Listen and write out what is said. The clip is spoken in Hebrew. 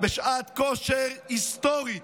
בשעת כושר היסטורית.